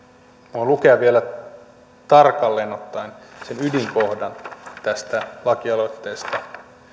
voin lukea vielä tarkalleen ottaen sen ydinkohdan tästä lakialoitteesta